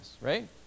right